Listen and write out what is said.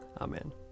Amen